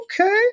okay